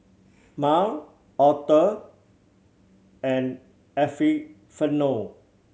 Mal Author and Epifanio